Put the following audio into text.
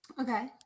okay